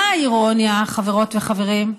מה האירוניה, חברות וחברים?